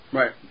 right